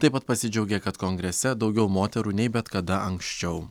taip pat pasidžiaugė kad kongrese daugiau moterų nei bet kada anksčiau